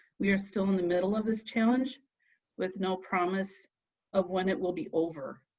we are still in the middle of this challenge with no promise of when it will be over,